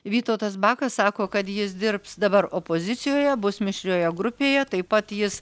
vytautas bakas sako kad jis dirbs dabar opozicijoje bus mišrioje grupėje taip pat jis